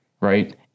Right